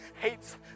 hates